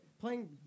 Playing